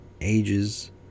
ages